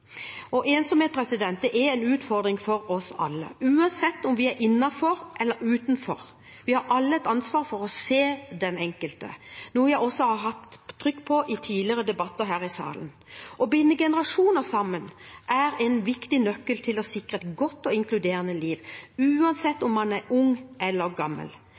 Ensomhet er en utfordring for oss alle. Uansett om vi er innenfor eller utenfor, har vi alle et ansvar for å se den enkelte, noe jeg også har hatt trykk på i tidligere debatter her i salen. Å binde generasjoner sammen er en viktig nøkkel til å sikre et godt og inkluderende liv, uansett om man er ung eller gammel.